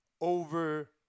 over